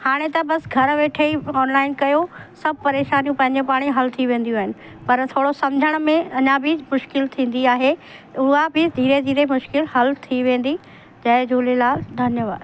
हाणे त बसि घरु वेठे ई ऑनलाइन कयो सभु परेशानियूं पंहिंजे पाण ई हल थी वेंदियूं आहिनि पर थोरो सम्झण में अञा बि मुश्किलु थींदी आहे उहा बि धीरे धीरे मुश्किलु हल थी वेंदी जय झूलेलाल धन्यवाद